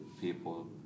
people